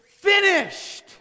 finished